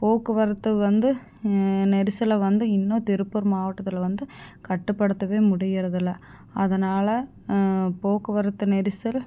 போக்குவரத்து வந்து நெரிசலை வந்து இன்னும் திருப்பூர் மாவட்டத்தில் வந்து கட்டுப்படுத்தவே முடியறதில்ல அதனால் போக்குவரத்து நெரிசல்